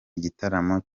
igitaramo